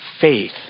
faith